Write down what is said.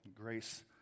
grace